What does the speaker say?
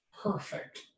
Perfect